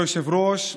כבוד היושב-ראש,